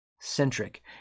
centric